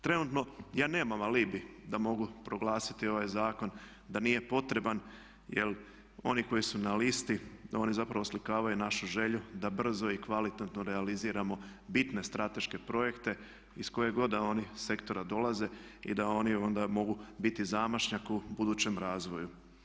Trenutno ja nemam alibi da mogu proglasiti ovaj zakon da nije potreban jer oni koji su na listi oni zapravo oslikavaju našu želju da brzo i kvalitetno realiziramo bitne strateške projekte iz kojeg god da oni sektora dolaze i da oni ona mogu biti zamašnjak u budućem razvoju.